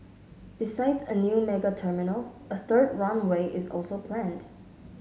besides a new mega terminal a third runway is also planned